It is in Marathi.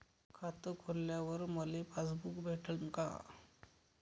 खातं खोलल्यावर मले पासबुक भेटन का?